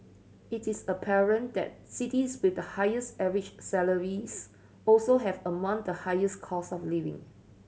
it is apparent that cities with the highest average salaries also have among the highest cost of living